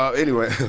um anyway.